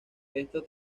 esto